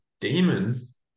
demons